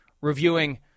reviewing